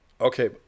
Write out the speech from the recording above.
Okay